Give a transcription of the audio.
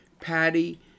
patty